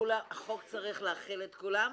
החוק צריך לחול על כולם,